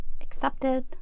accepted